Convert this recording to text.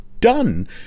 done